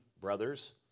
brothers